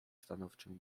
stanowczym